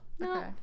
No